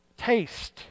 Taste